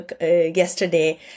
yesterday